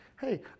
Hey